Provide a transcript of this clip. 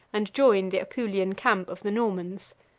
and joined the apulian camp of the normans.